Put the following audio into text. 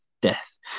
death